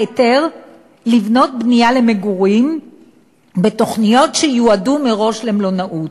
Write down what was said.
ההיתר לבנות למגורים בתוכניות שיועדו מראש למלונאות.